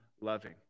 loving